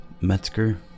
Metzger